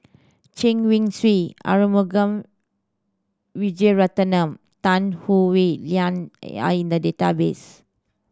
Chen Wen Hsi Arumugam Vijiaratnam Tan Howe Liang are in the database